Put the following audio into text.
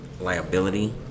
liability